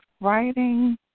writing